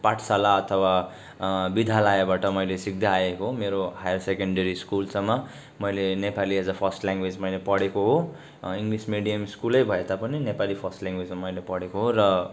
पाठशाला अथवा विद्यालयबाट मैले सिक्दै आएको हो मेरो हायर सेकेन्डरी स्कुलसम्म मैले Nepali as a first language मैले पढेको हो इङ्गलिस मिडियम स्कुलै भए तापनि नेपाली फर्स्ट ल्याङ्गवेज चाहिँ मैले पढेको हो र